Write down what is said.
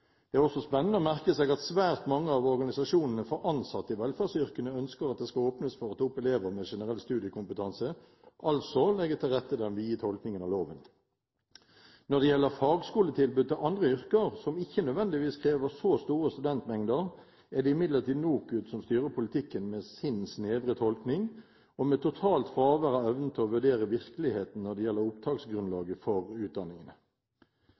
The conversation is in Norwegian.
Det er også spennende å merke seg at svært mange av organisasjonene for ansatte i velferdsyrkene ønsker at det skal åpnes opp for elever med generell studiekompetanse, altså legge til grunn den vide tolkningen av loven. Når det gjelder fagskoletilbud til andre yrker som ikke nødvendigvis krever så store studentmengder, er det imidlertid NOKUT som styrer politikken med sin snevre tolkning og med totalt fravær av evnen til å vurdere virkeligheten når det gjelder opptaksgrunnlaget for utdanningene.